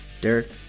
Derek